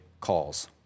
calls